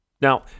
Now